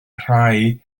rhai